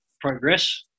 progress